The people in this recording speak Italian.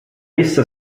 essa